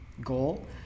goal